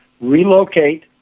relocate